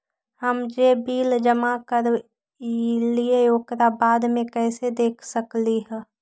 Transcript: हम जे बिल जमा करईले ओकरा बाद में कैसे देख सकलि ह?